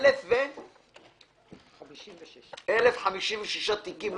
1,056. 1,056 תיקים.